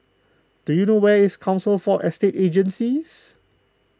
do you know where is Council for Estate Agencies